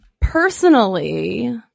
Personally